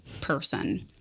person